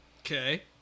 Okay